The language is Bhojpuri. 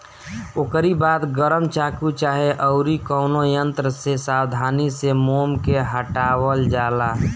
ओकरी बाद गरम चाकू चाहे अउरी कवनो यंत्र से सावधानी से मोम के हटावल जाला